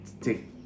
take